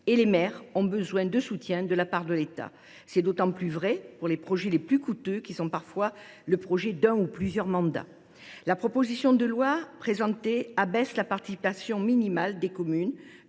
et les maires ont besoin de soutien de la part de l’État. C’est d’autant plus vrai pour les projets les plus coûteux, qui sont parfois le projet d’un ou de plusieurs mandats. La proposition de loi présentée tend à abaisser la participation minimale des communes